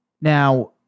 Now